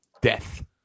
death